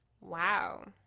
Wow